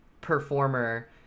performer